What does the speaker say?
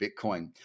Bitcoin